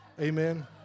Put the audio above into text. Amen